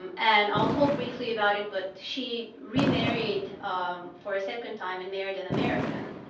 um and i'll talk briefly about it, but she remarried um for a second time and married an american